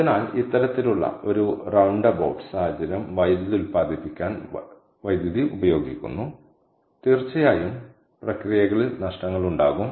അതിനാൽ ഇത്തരത്തിലുള്ള ഒരു റൌണ്ട് എബൌട്ട് സാഹചര്യം വൈദ്യുതി ഉൽപ്പാദിപ്പിക്കാൻ വൈദ്യുതി ഉപയോഗിക്കുന്നു തീർച്ചയായും പ്രക്രിയകളിൽ നഷ്ടങ്ങൾ ഉണ്ടാകും